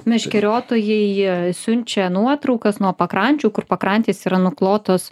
meškeriotojai jie siunčia nuotraukas nuo pakrančių kur pakrantės yra nuklotos